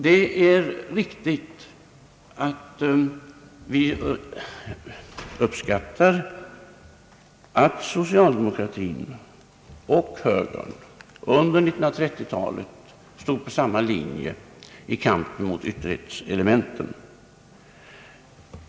Det är riktigt att vi uppskattar att socialdemokratin och högern under 1930 talet stod på samma linje i kampen mot ytterlighetselementen.